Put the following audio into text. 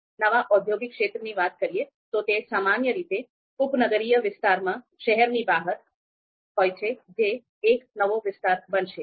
જો આપણે નવા ઔદ્યોગિક ક્ષેત્રની વાત કરીએ તો તે સામાન્ય રીતે ઉપનગરીય વિસ્તારમાં શહેરની બહાર હોય છે જે એક નવો વિસ્તાર બનશે